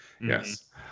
Yes